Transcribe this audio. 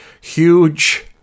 huge